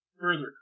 further